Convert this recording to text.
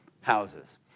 houses